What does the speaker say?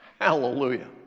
Hallelujah